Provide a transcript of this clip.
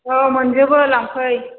औ मोनजोबो लांफै